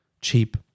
cheap